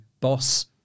boss